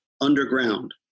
underground